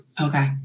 Okay